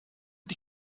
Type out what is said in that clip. die